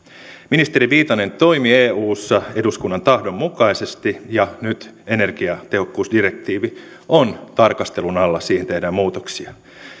ministeri viitanen toimi eussa eduskunnan tahdon mukaisesti ja nyt energiatehokkuusdirektiivi on tarkastelun alla siihen tehdään muutoksia